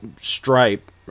stripe